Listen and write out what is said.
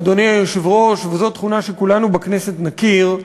אדוני היושב-ראש, וזאת תכונה שכולנו בכנסת נכיר,